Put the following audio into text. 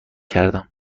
کردم